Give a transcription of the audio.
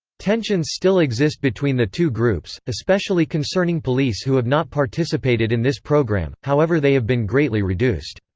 tensions still exist between the two groups, especially concerning police who have not participated in this programme, however they have been greatly reduced.